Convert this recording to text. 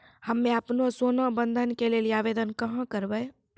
हम्मे आपनौ सोना बंधन के लेली आवेदन कहाँ करवै?